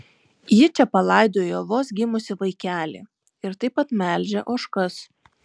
ji čia palaidojo vos gimusį vaikelį ir taip pat melžia ožkas